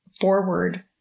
forward